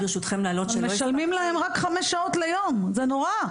הם משלמים להם רק חמש שעות ליום, זה נורא.